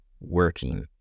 working